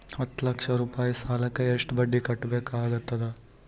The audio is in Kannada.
ಹತ್ತ ಲಕ್ಷ ರೂಪಾಯಿ ಸಾಲಕ್ಕ ಎಷ್ಟ ಬಡ್ಡಿ ಕಟ್ಟಬೇಕಾಗತದ?